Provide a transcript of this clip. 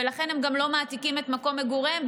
ולכן הם גם לא מעתיקים את מקום מגוריהם,